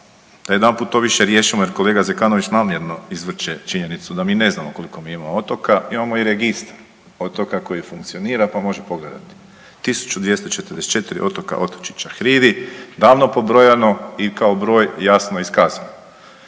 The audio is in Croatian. da jedanput to više riješimo jer kolega Zekanović namjerno izvrće činjenicu da mi ne znamo koliko mi imamo otoka imamo i Registar otoka koji funkcionira pa može pogledati 1244 otoka, otočića, hridi davno pobrojano i kao broj jasno iskazano.